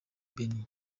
benin